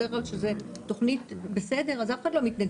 בדרך כלל כשהתוכנית בסדר אז אף אחד לא מתנגד,